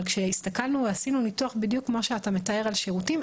אבל כשהסתכלנו ועשינו ניתוח בדיוק של מה שאתה מתאר על שירותים,